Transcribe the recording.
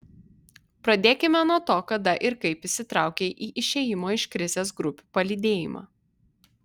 pradėkime nuo to kada ir kaip įsitraukei į išėjimo iš krizės grupių palydėjimą